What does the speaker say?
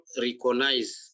recognize